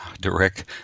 direct